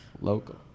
local